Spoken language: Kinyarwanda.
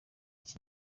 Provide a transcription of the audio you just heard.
iki